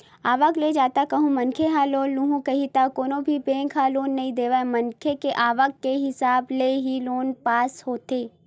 आवक ले जादा कहूं मनखे ह लोन लुहूं कइही त कोनो भी बेंक ह लोन नइ देवय मनखे के आवक के हिसाब ले ही लोन पास होथे